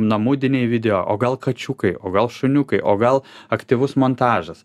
namudiniai video o gal kačiukai o gal šuniukai o gal aktyvus montažas